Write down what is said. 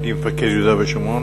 הייתי מפקד יהודה ושומרון,